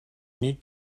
need